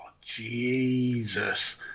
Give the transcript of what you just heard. Jesus